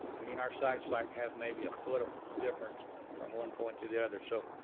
i mean, our site slack has maybe a foot of difference from one point to the other. so,